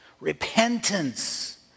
Repentance